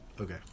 Okay